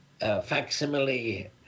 facsimile